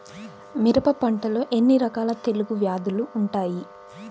మిరప పంటలో ఎన్ని రకాల తెగులు వ్యాధులు వుంటాయి?